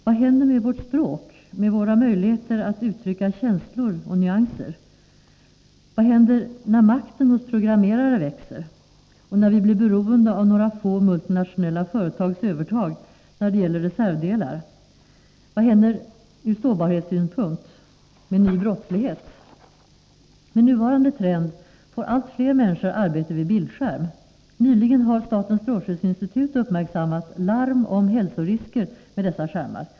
Vad händer med vårt språk och våra möjligheter att uttrycka känslor och nyanser? Vad händer när makten hos programmerare växer och när vi blir beroende av några få multinationella företags övertag när det gäller reservdelar? Vad händer ur sårbarhetssynpunkt, med ny brottslighet? Med nuvarande trend får allt fler människor arbete vid bildskärm. Nyligen har statens strålskyddsinstitut uppmärksammat larm om hälsorisker med dessa skärmar.